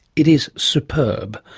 it is superb.